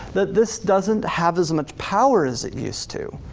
that this doesn't have as much power as it used to.